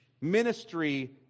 ministry